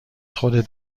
خودت